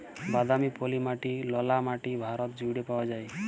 বাদামি, পলি মাটি, ললা মাটি ভারত জুইড়ে পাউয়া যায়